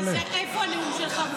איפה הנאום שלך?